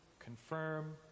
confirm